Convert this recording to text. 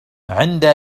عند